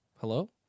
hello